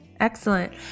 Excellent